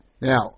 Now